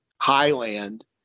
highland